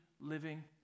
living